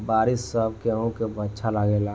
बारिश सब केहू के अच्छा लागेला